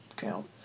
count